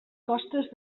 costes